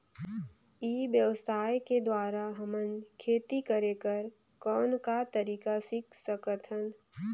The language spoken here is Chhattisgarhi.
ई व्यवसाय के द्वारा हमन खेती करे कर कौन का तरीका सीख सकत हन?